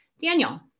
daniel